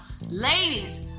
ladies